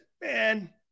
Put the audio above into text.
man